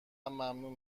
ممنون